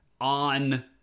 on